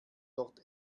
dort